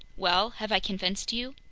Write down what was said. well, have i convinced you?